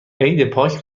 عیدپاک